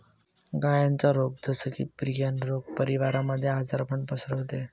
गायांचा रोग जस की, प्रियन रोग परिवारामध्ये आजारपण पसरवते